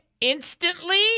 instantly